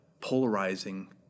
polarizing